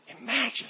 Imagine